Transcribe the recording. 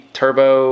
turbo